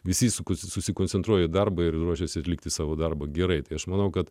vis įsukus susikoncentruoju į darbą ir ruošiuosi atlikti savo darbą gerai tai aš manau kad